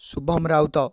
Shubham Raut